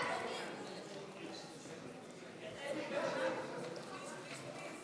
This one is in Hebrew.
משרד הרווחה,